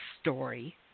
story